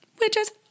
Witches